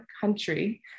country